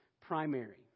primary